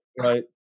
right